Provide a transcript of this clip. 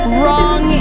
wrong